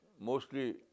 Mostly